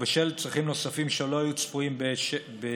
ובשל צרכים נוספים שלא היו צפויים בשעתו,